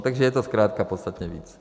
Takže je to zkrátka podstatně víc.